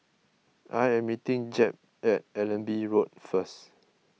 I am meeting Jep at Allenby Road first